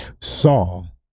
Saul